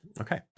okay